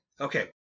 Okay